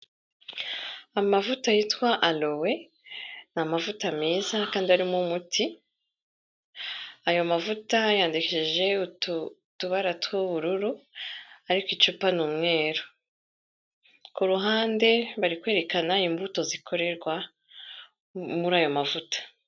Amavuta yitwa Aloe ni amavuta meza kandi arimo umuti, ayo mavuta yandishije utu utubara tw'ubururu ariko icupa ni umweru. Kuruhande bari kwerekana imbuto zikorerwa muri aya mavuta.